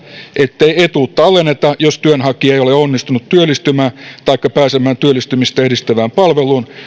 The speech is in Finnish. ettei etuutta alenneta jos työnhakija ei ole onnistunut työllistymään taikka pääsemään työllistymistä edistävään palveluun